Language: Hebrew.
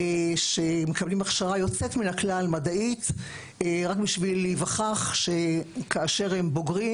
שמקבלים הכשרה מדעית יוצאת מן הכלל רק בשביל להיווכח שכאשר הם בוגרים